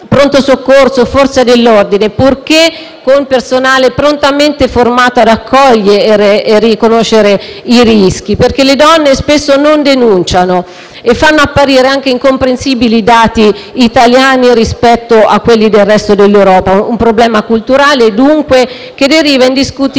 Pronto soccorso, Forze dell'ordine, purché con personale prontamente formato ad accogliere e riconoscere i rischi. Le donne, infatti, spesso non denunciano e fanno apparire anche incomprensibili i dati italiani rispetto a quelli del resto dell'Europa. Un problema culturale, dunque, che coinvolge indiscutibilmente